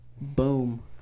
Boom